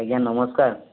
ଆଜ୍ଞା ନମସ୍କାର